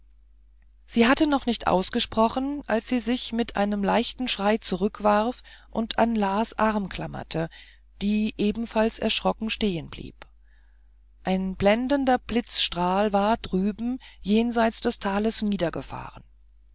sie hatte noch nicht ausgesprochen als sie sich mit einem leichten schrei zurückwarf und an las arm klammerte die ebenfalls erschrocken stehenblieb ein blendender blitzstrahl war drüben jenseits des tales